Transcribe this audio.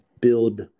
build